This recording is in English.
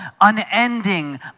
unending